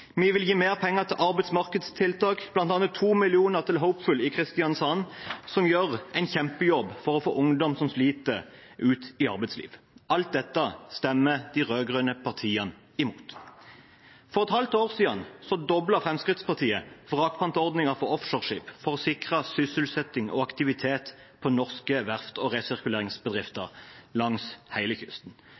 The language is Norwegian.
Vi vil gi mer penger til arbeidsmarkedstiltak, bl.a. 2 mill. kr til Hopeful i Kristiansand, som gjør en kjempejobb for å få ungdom som sliter, ut i arbeidslivet. Alt dette stemmer de rød-grønne partiene imot. For et halvt år siden doblet Fremskrittspartiet vrakpantordningen for offshoreskip for å sikre sysselsetting og aktivitet på norske verft og resirkuleringsbedrifter langs hele kysten.